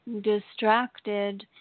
distracted